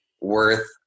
worth